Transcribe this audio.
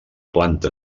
planta